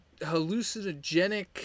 hallucinogenic